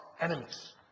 enemies